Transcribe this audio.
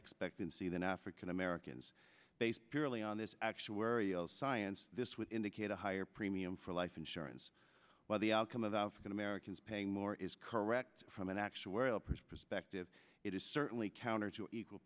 expectancy than african americans based purely on this actuarial science this with indicate a higher premium for life insurance where the outcome of african americans paying more is correct from an actuarial perspective it is certainly counter to equal